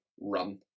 run